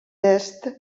est